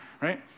right